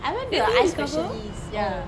I went to a eye specialist